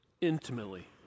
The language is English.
intimately